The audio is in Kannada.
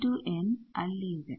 C2n ಅಲ್ಲಿ ಇದೆ